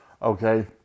Okay